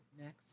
next